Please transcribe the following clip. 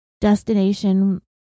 Destination